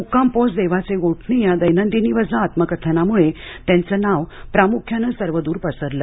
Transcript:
मुक्काम पोस्ट देवाचे गोठणे या दैनंदिनीवजा आत्मकथनामुळं त्यांचं नाव प्रामुख्यानं सर्व द्र पसरलं